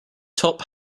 top